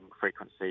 frequency